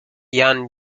yan